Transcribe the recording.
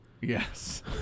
Yes